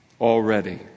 already